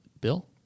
Bill